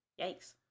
Yikes